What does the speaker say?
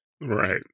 Right